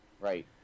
Right